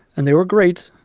and they were great.